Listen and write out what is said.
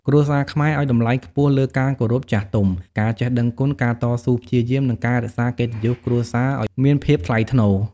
គ្រួសារខ្មែរឲ្យតម្លៃខ្ពស់លើ ការគោរពចាស់ទុំ ការចេះដឹងគុណ ការតស៊ូព្យាយាម និងការរក្សាកិត្តិយសគ្រួសារអោយមានភាពថ្លៃថ្នូរ។